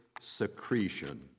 secretion